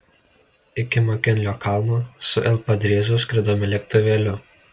iki makinlio kalno su l padriezu skridome lėktuvėliu